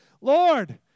Lord